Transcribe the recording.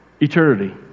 eternity